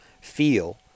feel